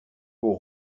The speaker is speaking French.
aux